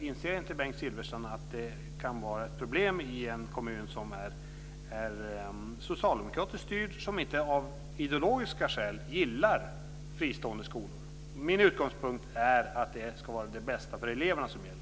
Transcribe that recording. Inser inte Bengt Silfverstrand att det kan vara problem i en kommun som är socialdemokratiskt styrd, som av ideologiska skäl inte gillar fristående skolor? Min utgångspunkt är att det ska vara det bästa för eleverna som gäller.